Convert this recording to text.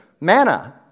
manna